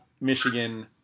Michigan